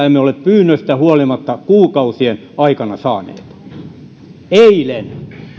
emme ole pyynnöstä huolimatta kuukausien aikana saaneet eilen